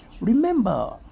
remember